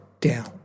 down